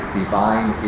divine